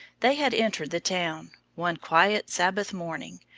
they had entered the town, one quiet sabbath morning,